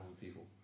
people